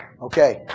Okay